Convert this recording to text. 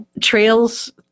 trails